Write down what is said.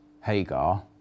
Hagar